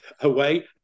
away